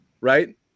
Right